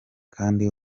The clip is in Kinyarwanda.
kandi